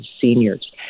seniors